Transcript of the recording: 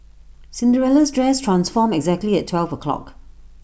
Cinderella's dress transformed exactly at twelve o'clock